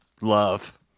Love